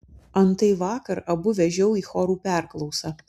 antai vakar abu vežiau į chorų perklausą